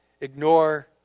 ignore